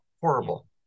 horrible